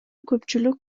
көпчүлүк